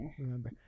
remember